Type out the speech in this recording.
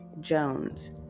Jones